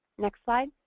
next slide.